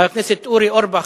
חבר הכנסת אורי אורבך,